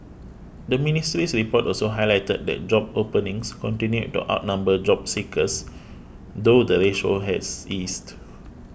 the ministry's report also highlighted that job openings continued to outnumber job seekers though the ratio has eased